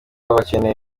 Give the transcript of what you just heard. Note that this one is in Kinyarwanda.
bakeneye